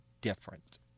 different